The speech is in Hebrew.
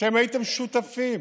אתם הייתם שותפים,